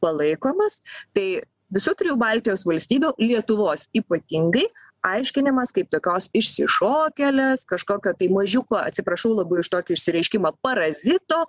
palaikomas tai visų trijų baltijos valstybių lietuvos ypatingai aiškinimas kaip tokios išsišokėlės kažkokio mažiuko atsiprašau labai už tokį išsireiškimą parazito